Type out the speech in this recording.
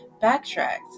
backtracked